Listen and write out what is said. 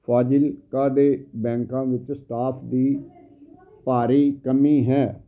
ਫਾਜ਼ਿਲਕਾ ਦੇ ਬੈਂਕਾਂ ਵਿੱਚ ਸਟਾਫ ਦੀ ਭਾਰੀ ਕਮੀ ਹੈ